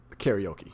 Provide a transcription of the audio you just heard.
Karaoke